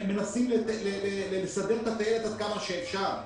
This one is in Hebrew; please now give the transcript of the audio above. מנסים לסדר את הטיילת עד כמה שאפשר,